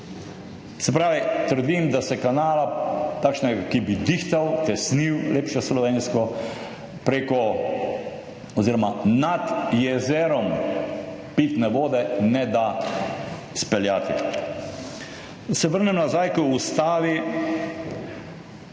Se pravi, trdim da se kanala, takšnega, ki bi dihtal, tesnil lepše slovensko, preko oziroma nad jezerom pitne vode ne da speljati. Se vrnem nazaj k Ustavi.